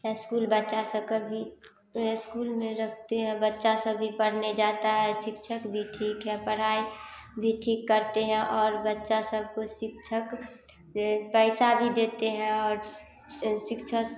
school बच्चा सब के भी स्कूल में रखते हैं बच्चा सब भी पढ़ने जाता है शिक्षाक भी ठीक है पढ़ाई भी ठीक करते हैं और बच्चा सब को शिक्षाक पैसा भी देते हैं और शिक्षा